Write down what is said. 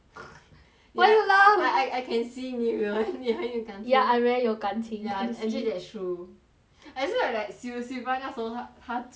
I why you laugh I I I can see 你们你很有感情 ya I very 有感情 ya actually that's true I swear like sil~ silvia 那时候她她醉 then 你哭